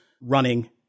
running—